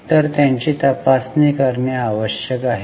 तर त्यांची तपासणी करणे आवश्यक आहे